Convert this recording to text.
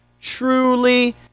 truly